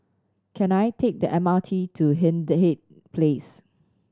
can I take the M R T to Hindhede Place